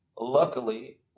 Luckily